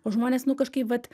o žmonės nu kažkaip vat